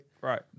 Right